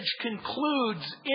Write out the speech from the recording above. concludes